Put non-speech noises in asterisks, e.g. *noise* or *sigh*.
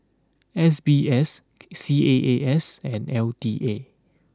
S B S *noise* C A A S and L T A